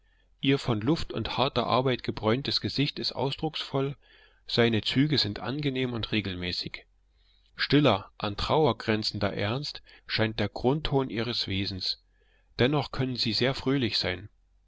ihr von luft und harter arbeit gebräuntes gesicht ist ausdrucksvoll seine züge sind angenehm und regelmäßig stiller an trauer grenzender ernst scheint der grundton ihres wesens dennoch können sie sehr fröhlich sein